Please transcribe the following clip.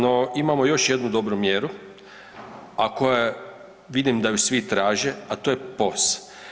No imamo još jednu dobru mjeru, a koja vidim da ju svi traže, a to je POS.